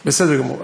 גמור.